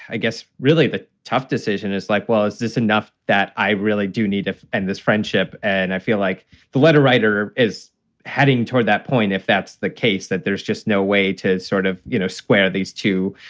i guess, really the tough decision. it's like, well, is this enough that i really do need to end this friendship? and i feel like the letter writer is heading toward that point, if that's the case, that there's just no way to sort of you know square these two,